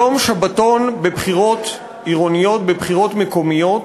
יום שבתון בבחירות עירוניות, בבחירות מקומיות,